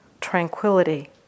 tranquility